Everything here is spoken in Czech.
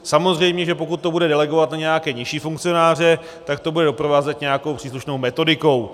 Samozřejmě že pokud to bude delegovat na nějaké nižší funkcionáře, tak to bude doprovázet nějakou příslušnou metodikou.